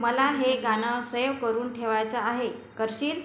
मला हे गाणं सेव करून ठेवायचं आहे करशील